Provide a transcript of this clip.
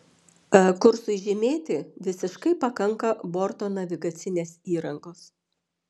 kursui žymėti visiškai pakanka borto navigacinės įrangos